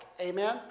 amen